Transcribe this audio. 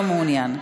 לא מעוניין.